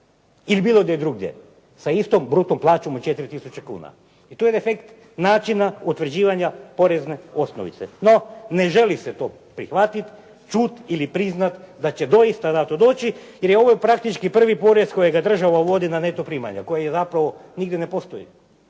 ili bilo gdje drugdje sa istom bruto plaćom od 4 tisuće kuna. I to je defekt način utvrđivanja porezne osnovice. No, ne želi se to prihvatiti, čuti ili priznati da će doista to doći jer je ovo praktički prvi porez kojeg država uvodi na neto primanja koji zapravo nigdje ne postoji,